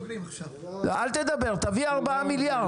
אל תדבר, תביא ארבעה מיליארד.